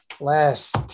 last